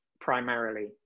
primarily